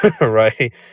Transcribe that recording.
Right